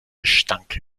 gestank